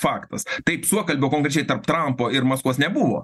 faktas taip suokalbio konkrečiai tarp trampo ir maskvos nebuvo